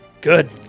Good